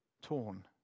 torn